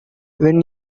when